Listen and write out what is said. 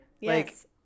Yes